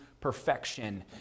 perfection